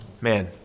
man